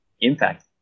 impact